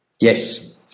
yes